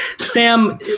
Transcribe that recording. Sam